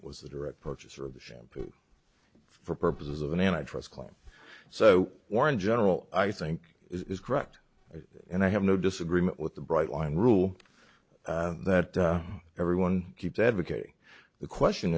was the direct purchaser of the shampoo for purposes of an antitrust claim so warren general i think is correct and i have no disagreement with the bright line rule that everyone keeps advocating the question